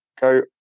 go